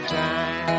time